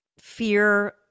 fear